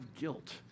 guilt